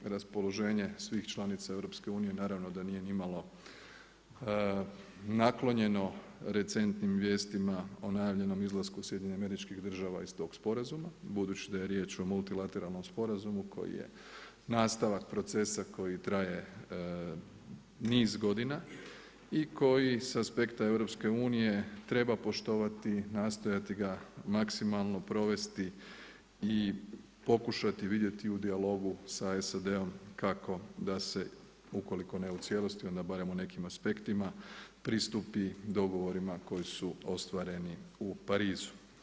Raspoloženje svih članica EU naravno da nije ni malo naklonjeno recentnim vijestima o najavljenom izlasku SAD-a iz tog sporazuma, budući da je riječ o multilateralnom sporazumu koji je nastavak procesa koji traje niz godina i koji sa aspekta EU treba poštovati, nastojati ga maksimalno provesti i pokušati vidjeti i u dijalogu sa SAD-om kako da se ukoliko ne u cijelosti, onda barem u nekim aspektima pristupi dogovorima koji su ostvareni u Parizu.